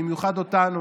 במיוחד אותנו,